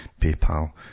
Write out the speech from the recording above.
PayPal